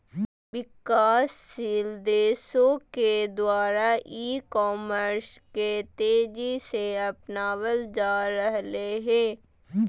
विकासशील देशों के द्वारा ई कॉमर्स के तेज़ी से अपनावल जा रहले हें